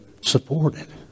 supported